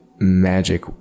magic